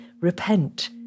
Repent